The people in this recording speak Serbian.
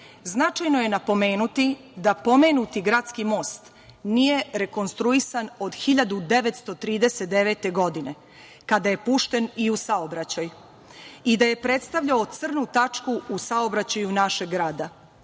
značajno je napomenuti da pomenuti gradski most nije rekonstruisan od 1939. godine, kada je pušten i u saobraćaj i da je predstavljao crnu tačku u saobraćaju našeg